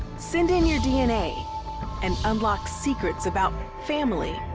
send in your dna and unlock secrets about family.